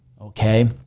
Okay